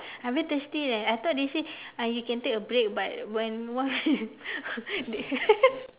I very thirsty leh I thought they say uh you can take a break but when one